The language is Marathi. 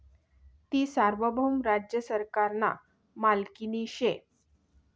ती सार्वभौम राज्य सरकारना मालकीनी शे